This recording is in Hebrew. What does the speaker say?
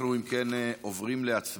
אם כן, אנחנו עוברים להצבעה